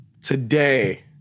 Today